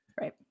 right